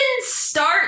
start